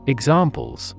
Examples